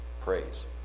praise